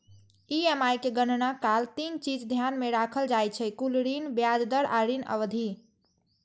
EMI के गणना काल तीन चीज ध्यान मे राखल जाइ छै, कुल ऋण, ब्याज दर आ ऋण अवधि